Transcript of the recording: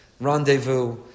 rendezvous